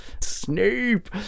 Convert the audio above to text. Snape